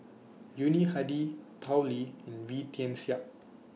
Yuni Hadi Tao Li and Wee Tian Siak